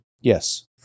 Yes